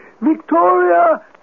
Victoria